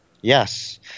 yes